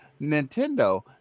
Nintendo